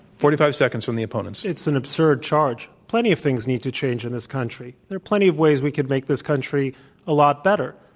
forty five seconds, from the opponents. it's an absurd charge. plenty of things need to change in this country. there are plenty of ways we can make this country a lot better.